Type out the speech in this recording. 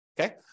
Okay